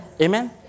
Amen